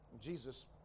Jesus